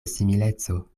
simileco